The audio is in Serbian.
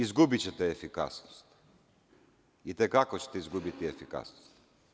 Izgubićete efikasnost, i te kako ćete izgubiti efikasnost.